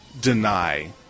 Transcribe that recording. deny